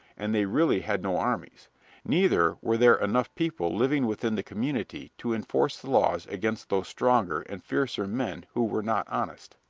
and they really had no armies neither were there enough people living within the community to enforce the laws against those stronger and fiercer men who were not honest.